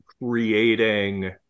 Creating